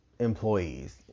employees